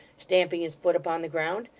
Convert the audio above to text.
stamping his foot upon the ground.